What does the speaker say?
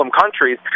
countries